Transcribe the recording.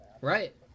Right